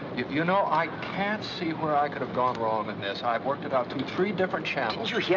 you know, i can't see where i could have gone wrong in this. i've worked it out through three different channels. yeah